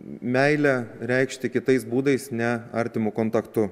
meilę reikšti kitais būdais ne artimu kontaktu